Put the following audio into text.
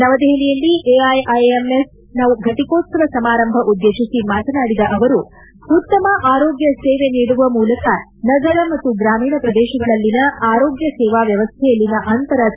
ನವದೆಹಲಿಯಲ್ಲಿ ಎಐಐಎಮ್ಎಸ್ ನ ಘಟಿಕೋತ್ಸವ ಸಮಾರಂಭ ಉದ್ಲೇಶಿಸಿ ಮಾತನಾಡಿದ ಅವರು ಉತ್ತಮ ಆರೋಗ್ನ ಸೇವೆ ನೀಡುವ ಮೂಲಕ ನಗರ ಮತ್ತು ಗ್ರಾಮೀಣ ಪ್ರದೇಶಗಳಲ್ಲಿನ ಆರೋಗ್ಯ ಸೇವಾ ವ್ಯವಸ್ಥೆಯಲ್ಲಿನ ಅಂತರ ತಗ್ಗಿಸಬೇಕಿದೆ ಎಂದರು